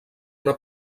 una